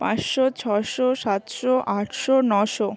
পাঁচশো ছশো সাতশো আটশো নশো